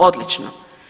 Odlično!